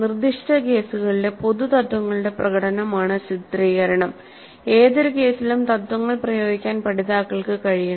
നിർദ്ദിഷ്ട കേസുകളിലെ പൊതുതത്ത്വങ്ങളുടെ പ്രകടനമാണ് ചിത്രീകരണം ഏതൊരു കേസിലും തത്ത്വങ്ങൾ പ്രയോഗിക്കാൻ പഠിതാക്കൾക്ക് കഴിയണം